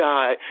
God